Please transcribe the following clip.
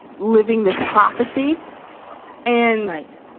living this prophecy and. right.